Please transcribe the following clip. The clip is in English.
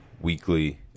weekly